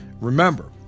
Remember